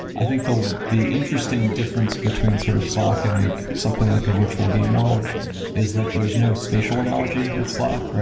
i think though the interesting difference between sort of slack and ah something like a virtual game world is that there is no spatial analogy with slack.